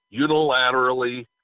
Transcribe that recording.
unilaterally